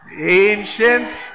Ancient